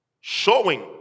showing